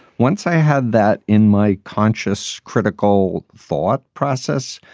once i had that in my conscious, critical thought process,